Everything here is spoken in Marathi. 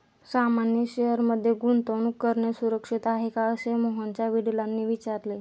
सामान्य शेअर मध्ये गुंतवणूक करणे सुरक्षित आहे का, असे मोहनच्या वडिलांनी विचारले